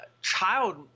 child